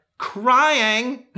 crying